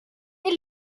ihr